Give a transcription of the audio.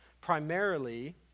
primarily